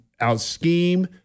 out-scheme